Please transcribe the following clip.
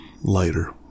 Later